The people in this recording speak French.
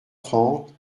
trente